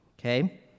Okay